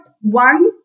one